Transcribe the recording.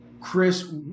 Chris